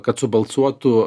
kad subalsuotų